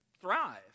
thrive